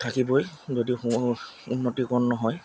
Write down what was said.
থাকিবই যদি উন্নতিকৰণ নহয়